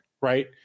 right